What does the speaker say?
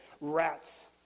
Rats